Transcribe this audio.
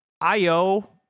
io